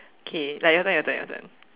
okay like your turn your turn your turn